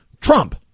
Trump